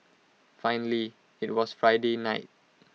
finally IT was Friday night